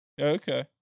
Okay